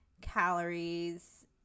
calories